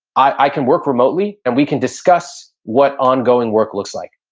i can work remotely and we can discuss what ongoing work looks like.